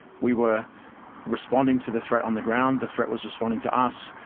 we were responding to the threat on the ground, the threat was responding to us.